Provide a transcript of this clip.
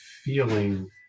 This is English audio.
feeling